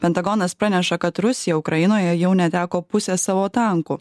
pentagonas praneša kad rusija ukrainoje jau neteko pusės savo tankų